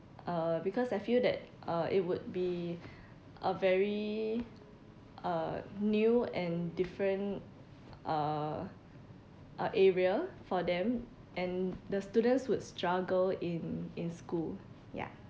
uh because I feel that uh it would be a very uh new and different uh uh area for them and the students would struggle in in school ya